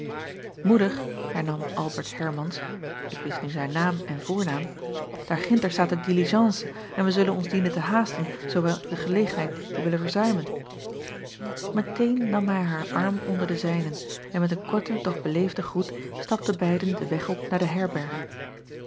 hernam lbert ermans ik wist nu zijn naam en voornaam daarginter staat de diligence en wij zullen ons dienen te haasten zoo wij de gelegenheid niet willen verzuimen eteen nam hij haar arm onder den zijnen en met een korten doch beleefden groet stapten beiden den weg op naar de herberg